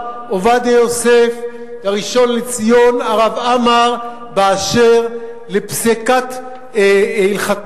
עובדיה יוסף והראשון לציון הרב עמאר באשר לפסיקת ההלכה